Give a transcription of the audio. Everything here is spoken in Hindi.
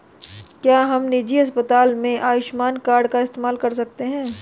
क्या हम निजी अस्पताल में आयुष्मान कार्ड का इस्तेमाल कर सकते हैं?